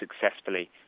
successfully